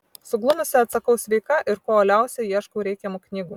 suglumusi atsakau sveika ir kuo uoliausiai ieškau reikiamų knygų